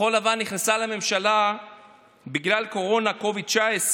כחול לבן נכנסה לממשלה בגלל קורונה, COVID-19,